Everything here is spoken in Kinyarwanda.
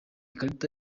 karita